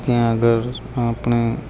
ત્યાં આગળ આપણે